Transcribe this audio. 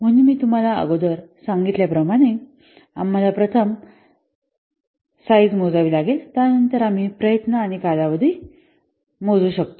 म्हणून मी तुम्हाला अगोदर सांगितल्या प्रमाणे आम्हाला प्रथम साईझ मोजावी लागेल त्यानंतर आम्ही प्रयत्न आणि कालावधी मोजू शकतो